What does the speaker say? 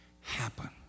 happen